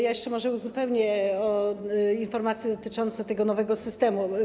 Ja jeszcze może uzupełnię informacje dotyczące tego nowego systemu.